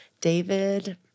David